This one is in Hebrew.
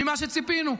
ממה שציפינו.